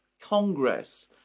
Congress